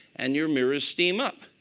and your mirrors steam up.